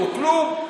הוא כלום.